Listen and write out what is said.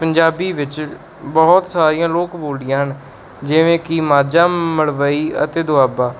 ਪੰਜਾਬੀ ਵਿੱਚ ਬਹੁਤ ਸਾਰੀਆਂ ਲੋਕ ਬੋਲੀਆਂ ਹਨ ਜਿਵੇਂ ਕਿ ਮਾਝਾ ਮਲਵਈ ਅਤੇ ਦੁਆਬਾ